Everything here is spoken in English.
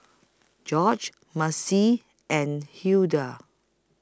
Gorge Marci and Hulda